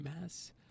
mass